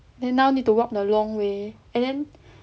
then now need to walk the long way and then